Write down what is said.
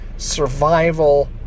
survival